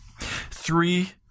three